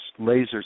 lasers